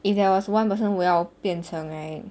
if there was one person 我要变成 right